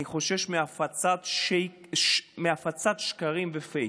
אני חושש מהפצת שקרים ופייקים.